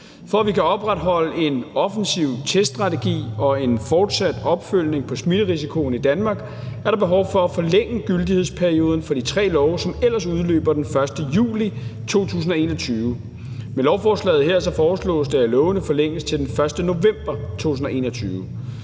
For at vi kan opretholde en offensiv teststrategi og en fortsat opfølgning på smitterisikoen i Danmark, er der behov for at forlænge gyldighedsperioden for de tre love, som ellers udløber den 1. juli 2021. Med lovforslaget her foreslås det, at lovene forlænges til den 1. november 2021.